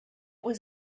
was